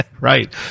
right